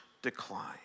decline